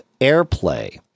AirPlay